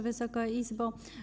Wysoka Izbo!